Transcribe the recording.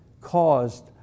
caused